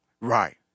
Right